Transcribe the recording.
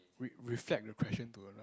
re~ reflect the question to her lah